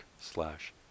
slash